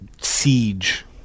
siege